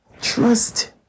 Trust